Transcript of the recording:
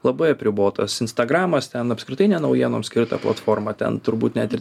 labai apribotas instagramas ten apskritai ne naujienoms skirta platforma ten turbūt net ir